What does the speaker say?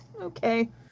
Okay